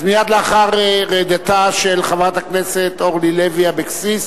אז מייד לאחר רדתה של חברת הכנסת אורלי לוי אבקסיס,